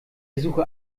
versuche